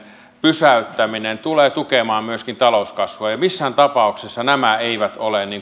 pysäyttäminen tulee tukemaan myöskin talouskasvua missään tapauksessa nämä eivät ole